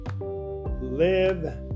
Live